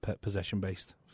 possession-based